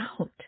out